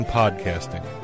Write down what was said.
podcasting